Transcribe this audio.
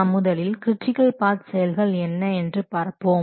நாம் முதலில் critical path செயல்கள் என்ன என்று பார்ப்போம்